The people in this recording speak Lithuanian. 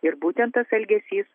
ir būtent tas elgesys